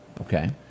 Okay